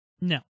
No